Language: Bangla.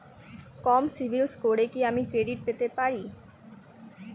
কম সিবিল স্কোরে কি আমি ক্রেডিট পেতে পারি?